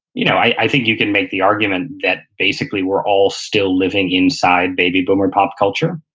you know i think you can make the argument that, basically, we're all still living inside baby boomer pop culture.